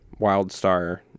WildStar